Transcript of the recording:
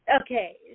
Okay